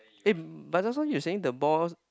eh but just now you saying the ball